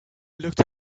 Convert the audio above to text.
looked